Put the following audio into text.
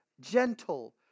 gentle